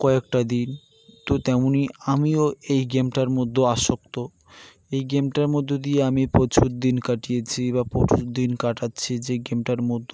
কয়েকটা দিন তো তেমনিই আমিও এই গেমটার মধ্যে আসক্ত এই গেমটার মধ্য দিয়ে আমি প্রচুর দিন কাটিয়েছি বা প্রচুর দিন কাটাচ্ছি যে গেমটার মধ্যে